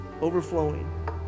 overflowing